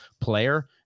player